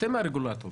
אתם הרגולטור.